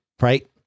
right